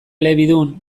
elebidun